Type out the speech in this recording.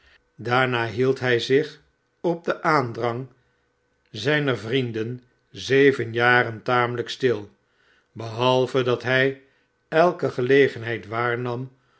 daarna hield hij zich op den aandrang zijner vrienden zeven jaren lang tamelijk stil behalve dat hij elke gelegenheid waarnam